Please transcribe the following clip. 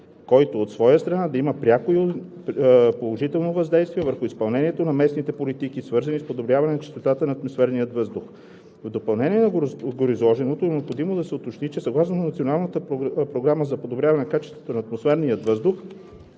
който от своя страна да има пряко положително въздействие върху изпълнението на местните политики, свързани с подобряване чистотата на атмосферния въздух. В допълнение на гореизложеното е необходимо да се уточни, че съгласно Националната програма за подобряване качеството на атмосферния въздух